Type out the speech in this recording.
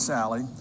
Sally